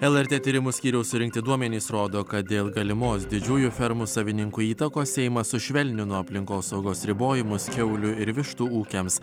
lrt tyrimų skyriaus surinkti duomenys rodo kad dėl galimos didžiųjų fermų savininkų įtakos seimas sušvelnino aplinkosaugos ribojimus kiaulių ir vištų ūkiams